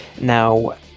Now